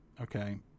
Okay